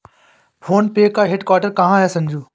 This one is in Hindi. फोन पे का हेडक्वार्टर कहां है संजू?